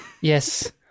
Yes